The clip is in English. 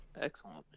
Excellent